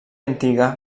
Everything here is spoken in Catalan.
antiga